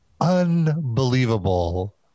unbelievable